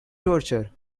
torture